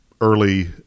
early